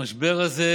המשבר הזה